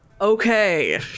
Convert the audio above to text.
Okay